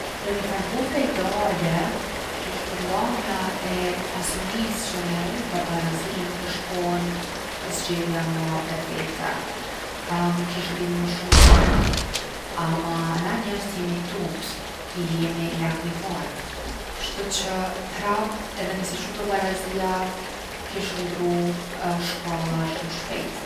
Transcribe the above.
Në nifar bote ideale, rishpërndamja e pasunisë që me e ul pabarazinë ish kon zgjedhja ma perfekte. kish ndihmu n’shumë sene, ama na njerzt jemi t’unt, jemi lakmitarë. Kshtuqe prap edhe nëse ish ulë pabarazia kish ndrru shkalla shumë shpejtë.